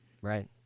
Right